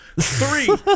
Three